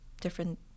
different